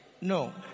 no